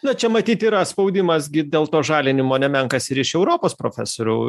na čia matyt yra spaudimas gi dėl to žalinimo nemenkas ir iš europos profesoriau